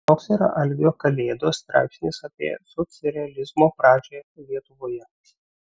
toks yra algio kalėdos straipsnis apie socrealizmo pradžią lietuvoje